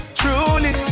truly